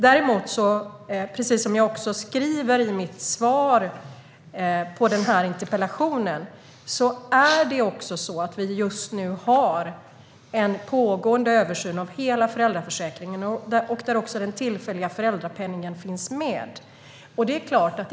Däremot, precis som jag också sa i mitt svar på den här interpellationen, har vi också just nu en pågående översyn av hela föräldraförsäkringen. Där finns också den tillfälliga föräldrapenningen med.